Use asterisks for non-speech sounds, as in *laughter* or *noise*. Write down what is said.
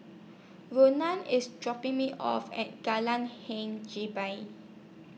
Rona IS dropping Me off At *unintelligible* Hing Jebat